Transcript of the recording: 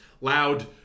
loud